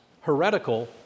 heretical